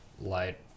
light